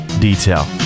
detail